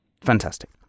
Fantastic